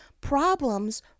problems